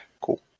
Cool